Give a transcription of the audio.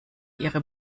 ihre